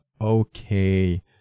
okay